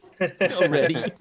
already